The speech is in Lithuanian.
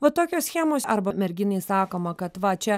va tokios schemos arba merginai sakoma kad va čia